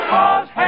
Cause